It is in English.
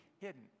hidden